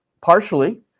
Partially